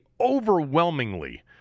overwhelmingly